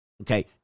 Okay